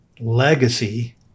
legacy